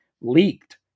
leaked